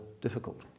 difficult